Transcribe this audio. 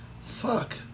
fuck